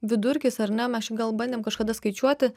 vidurkis ar ne mes čia gal bandėm kažkada skaičiuoti